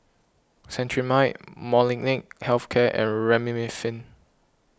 Cetrimide Molnylcke Health Care and Remifemin